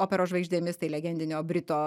operos žvaigždėmis tai legendinio brito